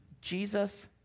Jesus